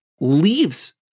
leaves